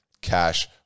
cash